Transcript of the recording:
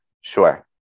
Sure